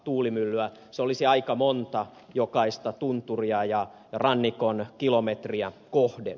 se olisi aika monta jokaista tunturia ja rannikon kilometriä kohden